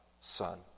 son